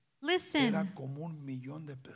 Listen